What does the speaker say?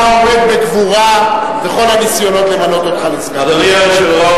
אתה עומד בגבורה בכל הניסיונות למנות אותך לסגן שר.